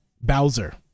Bowser